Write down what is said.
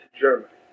Germany